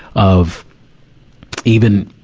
of even,